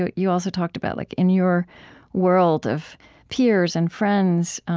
but you also talked about, like in your world of peers and friends,